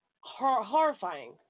horrifying